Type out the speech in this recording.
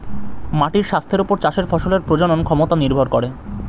মাটির স্বাস্থ্যের ওপর চাষের ফসলের প্রজনন ক্ষমতা নির্ভর করে